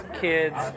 kids